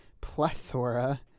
plethora